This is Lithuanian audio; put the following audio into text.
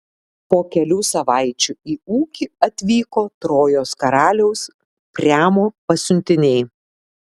po kelių savaičių į ūkį atvyko trojos karaliaus priamo pasiuntiniai